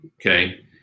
Okay